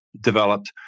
developed